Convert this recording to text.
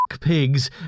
pigs